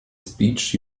speech